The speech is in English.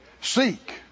Seek